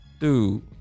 Dude